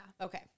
Okay